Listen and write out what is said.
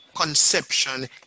conception